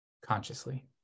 Consciously